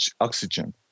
oxygen